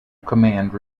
command